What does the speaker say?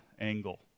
angle